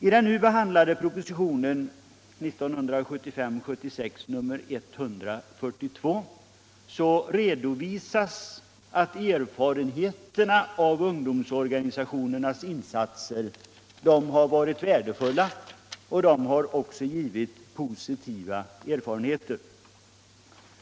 I den nu behandlade propositionen 1975/76:142 redovisas att ungdomsorganisationernas insatser har varit värdefulla och givit positiva erfarenheter.